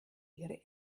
ihre